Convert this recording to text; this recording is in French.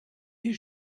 est